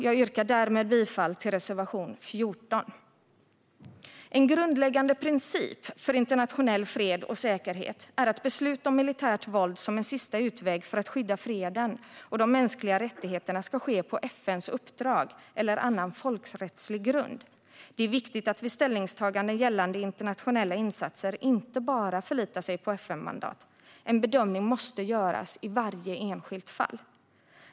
Jag yrkar därmed bifall till reservation 14. En grundläggande princip för internationell fred och säkerhet är att beslut om militärt våld som en sista utväg för att skydda freden och de mänskliga rättigheterna ska ske på FN:s uppdrag eller annan folkrättslig grund. Det är viktigt att vid ställningstaganden gällande internationella insatser inte bara förlita sig på FN-mandat. En bedömning måste göras i varje enskilt fall.